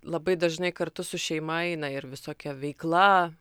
labai dažnai kartu su šeima eina ir visokia veikla